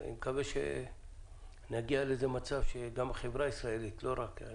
אני מקווה שנגיע למצב שגם החברה הישראלית אני